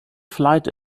flight